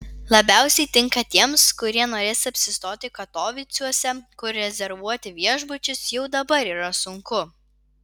labiausia tinka tiems kurie norės apsistoti katovicuose kur rezervuoti viešbučius jau dabar yra sunku